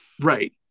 Right